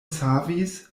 savis